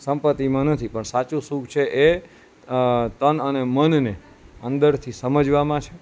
સંપત્તિમાં નથી પણ સાચું સુખ છે એ તન અને મનને અંદરથી સમજવામાં છે